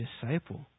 disciple